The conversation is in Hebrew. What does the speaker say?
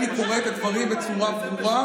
הריני קורא את הדברים בצורה ברורה,